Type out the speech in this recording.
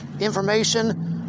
information